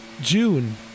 June